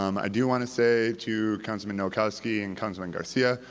um i do want to say to councilman nowakowski and councilman garcia,